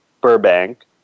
Burbank